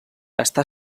està